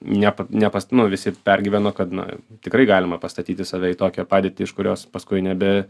nepa nepast nu visi pergyveno kad na tikrai galima pastatyti save į tokią padėtį iš kurios paskui nebe